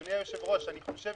אדוני היושב-ראש, אני חושב